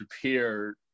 prepared